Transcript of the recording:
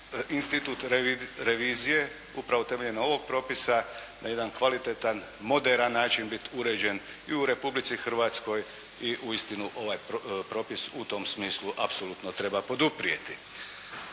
institut revizije upravo temeljen na ovog propisa na jedan kvalitetan, moderan način biti uređen i u Republici Hrvatskoj i uistinu ovaj propis u tom smislu apsolutno treba poduprijeti.